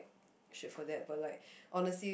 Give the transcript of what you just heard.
shit for that but like honestly